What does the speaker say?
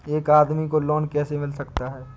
एक आदमी को लोन कैसे मिल सकता है?